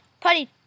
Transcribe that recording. Putty